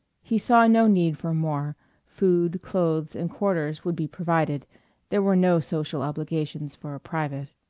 he saw no need for more food, clothes, and quarters would be provided there were no social obligations for a private.